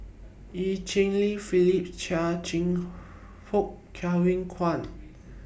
EU Cheng Li Phyllis Chia Cheong Fook Kevin Kwan